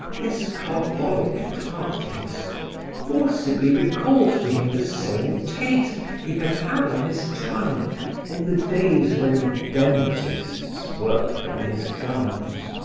this carbolic tartness forcibly recalled to him the same taste he had had on his tongue in the days when dentists worked on his gums.